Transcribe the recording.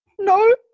No